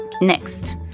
Next